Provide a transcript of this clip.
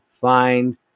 find